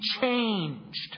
changed